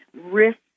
risk